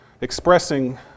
expressing